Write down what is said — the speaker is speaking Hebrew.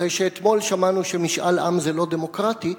אחרי שאתמול שמענו שמשאל עם זה לא דמוקרטי,